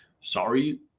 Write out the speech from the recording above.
sorry